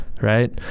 Right